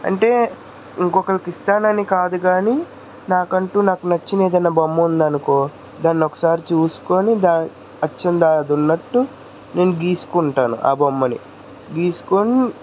అంటే ఇంకొకరికి ఇస్తానని కాదు గాని నాకంటూ నాకు నచ్చిన ఏదైనా బొమ్మ ఉందనుకో దాన్ని ఒకసారి చూసుకొని దాన్ని అచ్చం అదున్నట్టు నేను గీసుకుంటాను ఆ బొమ్మని గీసుకొని